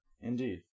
indeed